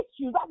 issues